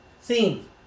theme